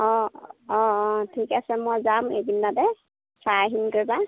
অঁ অঁ অঁ ঠিকে আছে মই যাম এইকেইদিনতে চাই আহিমগৈ এবাৰ